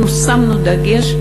אנחנו שמנו דגש,